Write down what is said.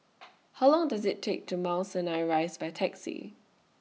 How Long Does IT Take to Mount Sinai Rise By Taxi